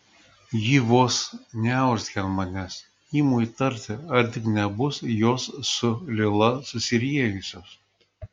ji vos neurzgia ant manęs imu įtarti ar tik nebus jos su lila susiriejusios